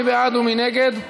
מי בעד ומי נגד?